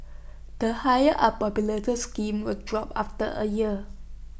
the higher unpopular the scheme was dropped after A year